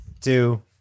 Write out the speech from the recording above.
two